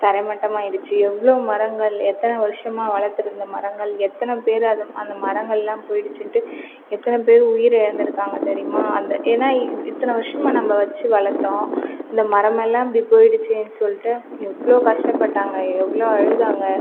தரைமட்டமாயிடுச்சு எவ்வளோ மரங்கள் எத்தனை வருஷமாக வளர்த்துருந்த மரங்கள் எத்தனை பேர் அது அந்த மரங்கள்லாம் போயிடுச்சின்ட்டு எத்தனை பேர் உயிர் இலந்துருக்காங்க தெரியுமா அந்த ஏன்னா இ இத்தனை வருஷமாக நம்ப வச்சு வளர்த்தோம் இந்த மரமெல்லாம் இப்படி போயிடுச்சேன்னு சொல்லிட்டு எவ்வளோ கஷ்டப்பட்டாங்க எவ்வளோ அழுதாங்க